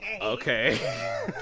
Okay